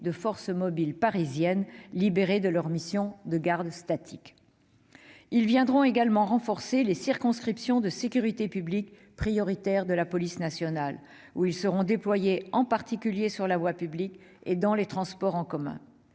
de force mobile parisiennes qui seront libérées de leurs missions de garde statique. Ces nouveaux agents renforceront également les circonscriptions de sécurité publique prioritaires de la police nationale. Ils seront déployés en particulier sur la voie publique et dans les transports en commun.